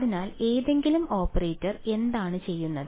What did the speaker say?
അതിനാൽ ഏതെങ്കിലും ഓപ്പറേറ്റർ എന്താണ് ചെയ്യുന്നത്